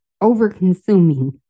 over-consuming